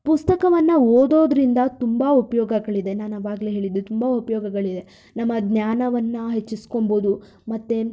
ಪುಸ್ತಕವನ್ನು ಓದೋದ್ರಿಂದ ತುಂಬ ಉಪಯೋಗಗಳಿದೆ ನಾನು ಆವಾಗಲೇ ಹೇಳಿದ್ದೆ ತುಂಬ ಉಪಯೋಗಳಿದೆ ನಮ್ಮ ಜ್ಞಾನವನ್ನು ಹೆಚ್ಚಿಸ್ಕೊಬೌದು ಮತ್ತು